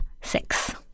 six